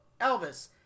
Elvis